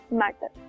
matter